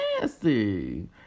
nasty